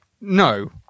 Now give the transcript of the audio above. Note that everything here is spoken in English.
no